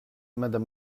madame